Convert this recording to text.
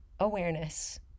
awareness